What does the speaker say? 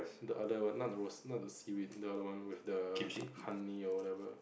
the other one not the rose not the seaweed the other one with the honey or whatever